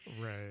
right